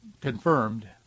confirmed